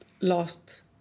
lost